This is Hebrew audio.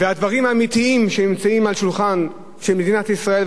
והדברים האמיתיים שנמצאים על השולחן של מדינת ישראל,